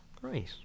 Great